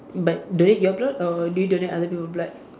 but donate your blood or do you donate other people blood